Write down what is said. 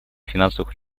финансовых